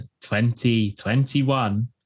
2021